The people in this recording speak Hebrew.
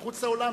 רק מחוץ לאולם,